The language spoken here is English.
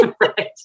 Right